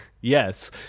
Yes